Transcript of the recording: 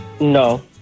No